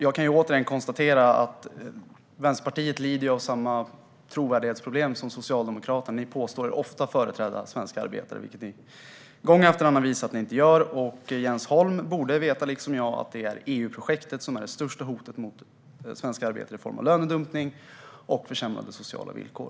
Jag kan återigen konstatera att Vänsterpartiet lider av samma trovärdighetsproblem som Socialdemokraterna. Ni påstår ofta att ni företräder svenska arbetare, vilket ni gång efter annan visar att ni inte gör. Jens Holm borde, liksom jag, veta att det är EU-projektet som är det största hotet mot svenska arbetare i fråga om lönedumpning och försämrade sociala villkor.